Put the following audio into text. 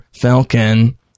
falcon